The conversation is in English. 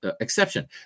exception